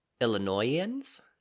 Illinoisans